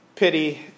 pity